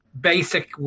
basic